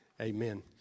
amen